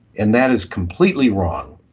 and that is completely wrong.